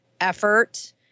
effort